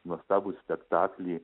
nuostabų spektaklį